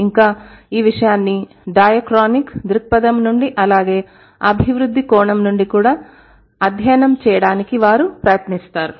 ఇంకా ఈ విషయాన్ని డయాక్రోనిక్ దృక్పథం నుండి అలాగే అభివృద్ధి కోణం నుండి కూడా అధ్యయనం చేయటానికి వారు ప్రయత్నిస్తారు